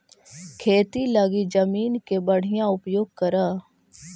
खेती लगी जमीन के बढ़ियां उपयोग करऽ